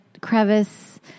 crevice